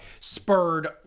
spurred